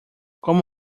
como